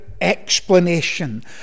explanation